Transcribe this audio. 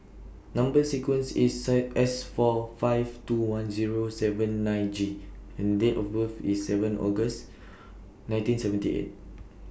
Number sequence IS sight S four five two one Zero seven nine G and Date of birth IS seven August nineteen seventy eight